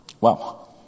Wow